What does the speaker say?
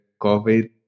COVID